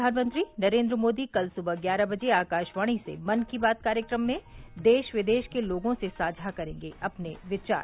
प्रधानमंत्री नरेन्द्र मोदी कल सुबह ग्यारह बजे आकाशवाणी से मन की बात कार्यक्रम में देश विदेश के लोगों से साझा करेंगे अपने विचार